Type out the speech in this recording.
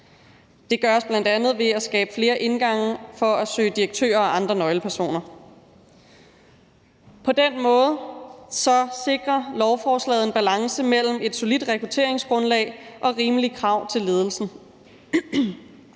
Det gøres bl.a. ved at skabe flere indgange for at søge direktører og andre nøglepersoner. På den måde sikrer lovforslaget en balance mellem et solidt rekrutteringsgrundlag og rimelige krav til ledelsen.